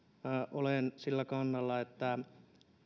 olen sillä kannalla että